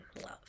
love